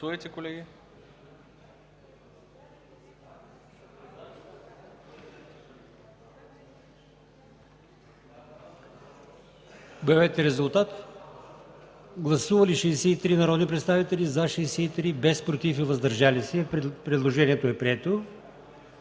Гласували 93 народни представители: за 93, против и въздържали се няма. Предложението е прието.